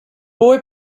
boy